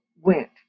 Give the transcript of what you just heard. went